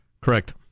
Correct